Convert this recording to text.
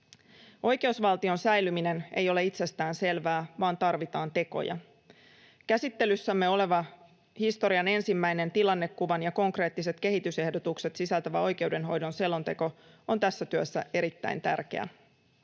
Oikeusvaltion säilyminen ei ole itsestäänselvää, vaan tarvitaan tekoja. Käsittelyssämme oleva historian ensimmäinen tilannekuvan ja konkreettiset kehitysehdotukset sisältävä oikeudenhoidon selonteko on tässä työssä erittäin tärkeä.